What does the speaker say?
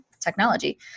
Technology